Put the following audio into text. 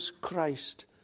Christ